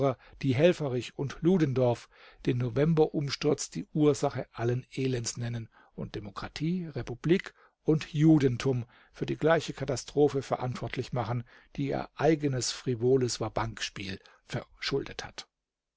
die helfferich und ludendorff den novemberumsturz die ursache allen elends nennen und demokratie republik und judentum für die gleiche katastrophe verantwortlich machen die ihr eigenes frivoles va-banque-spiel verschuldet hat